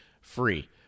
free